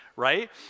Right